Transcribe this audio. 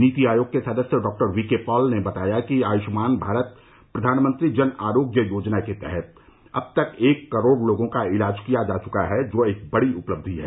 नीति आयोग के सदस्य डॉक्टर वी के पॉल ने बताया कि आयुष्मान भारत प्रधानमंत्री जन आरोग्य योजना के तहत अब तक एक करोड़ लोगों का इलाज किया जा चुका है जो एक बड़ी उपलब्धि है